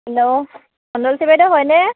hello অলৌচি বাইদেউ হয়নে